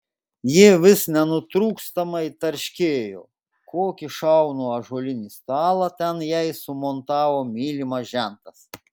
ji vis nenutrūkstamai tarškėjo kokį šaunų ąžuolinį stalą ten jai sumontavo mylimas žentas